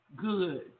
good